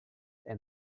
and